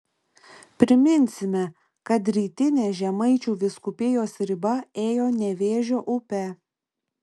priminsime kad rytinė žemaičių vyskupijos riba ėjo nevėžio upe